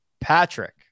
patrick